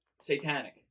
Satanic